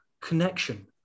connection